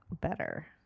better